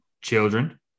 children